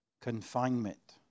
Confinement